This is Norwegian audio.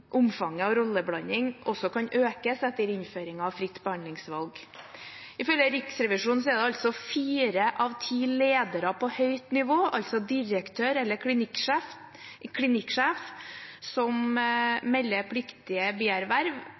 omfanget av rolleblanding kan økes etter innføringen av fritt behandlingsvalg. Ifølge Riksrevisjonen er det fire av ti ledere på høyt nivå, altså direktør eller klinikksjef, som har meldepliktige bierverv, men det er bare 22 pst. av dem som